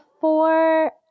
four